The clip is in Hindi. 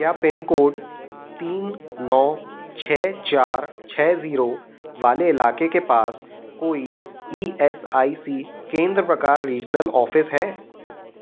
क्या पिन कोड तीन नौ छः चार छः जीरो वाले इलाके के पास कोई ई एस आई सी केंद्र प्रकार रीजनल ऑफ़िस है